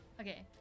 Okay